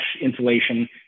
insulation